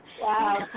Wow